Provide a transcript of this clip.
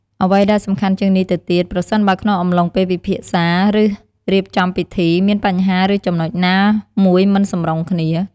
អ្វីដែលសំខាន់ជាងនេះទៅទៀត ប្រសិនបើក្នុងអំឡុងពេលពិភាក្សា ឬរៀបចំពិធី មានបញ្ហាឬចំណុចណាមួយមិនសម្រុងគ្នា។